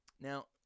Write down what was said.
Now